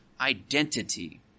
identity